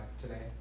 today